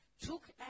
took